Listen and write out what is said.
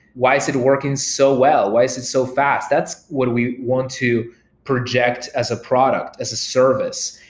why is it working so well? why is it so fast? that's what we want to project as a product, as a service.